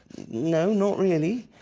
no, not really.